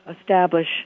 establish